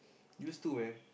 use too man